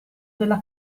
della